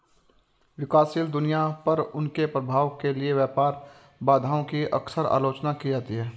विकासशील दुनिया पर उनके प्रभाव के लिए व्यापार बाधाओं की अक्सर आलोचना की जाती है